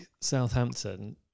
Southampton